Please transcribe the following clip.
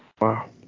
Wow